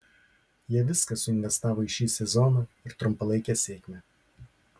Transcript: jie viską suinvestavo į šį sezoną ir trumpalaikę sėkmę